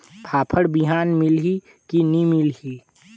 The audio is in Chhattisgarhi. फाफण बिहान मिलही की नी मिलही?